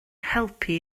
helpu